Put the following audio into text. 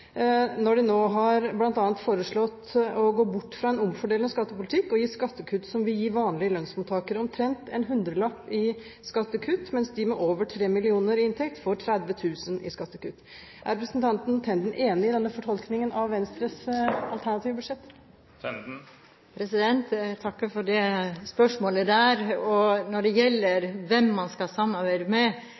når de nå bl.a. har foreslått å gå bort fra en omfordelende skattepolitikk og gitt skattekutt som vil gi vanlige lønnsmottakere omtrent en hundrelapp i skattekutt, mens de med over 3 mill. kr i inntekt får 30 000 kr i skattekutt. Er representanten Tenden enig i denne fortolkningen av Venstres alternative budsjett? Jeg takker for spørsmålet. Når det gjelder hvem man skal samarbeide med,